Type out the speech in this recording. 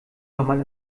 nochmal